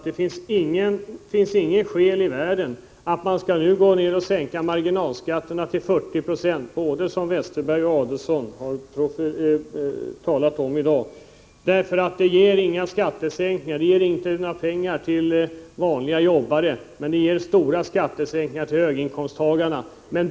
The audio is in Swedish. Det finns inget skäl i världen, anser vi, att nu sänka marginalskatterna till 40 70, som både Westerberg och Adelsohn i dag talat om — det ger inga pengar till vanliga jobbare, men det ger stora skattesänkningar till höginkomsttagarna.